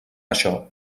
això